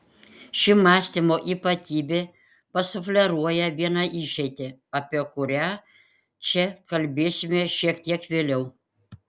ši mąstymo ypatybė pasufleruoja vieną išeitį apie kurią čia kalbėsime šiek tiek vėliau